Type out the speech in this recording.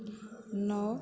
ନଅ